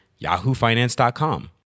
yahoofinance.com